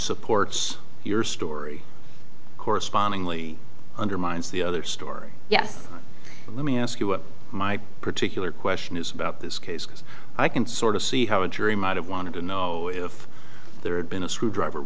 supports your story correspondingly undermines the other story yes but let me ask you what my particular question is about this case because i can sort of see how a jury might have wanted to know if there had been a screw driver